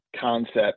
Concept